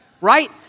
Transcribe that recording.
right